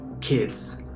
kids